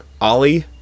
Ollie